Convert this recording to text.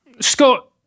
scott